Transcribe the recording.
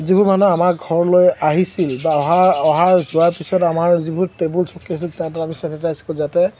যিবোৰ মানুহ আমাৰ ঘৰলৈ আহিছিল বা অহাৰ অহাৰ যোৱাৰ পিছত আমাৰ যিবোৰ টেবুল চকী আছিল তাত আমি চেনিটাইজ কৰোঁ যাতে